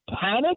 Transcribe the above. panic